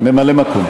היה ממלא-מקום.